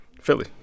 Philly